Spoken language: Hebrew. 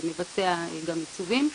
מבצע גם עיצובים,